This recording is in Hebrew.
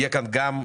יהיה כאן ביצוע.